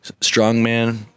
strongman